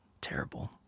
Terrible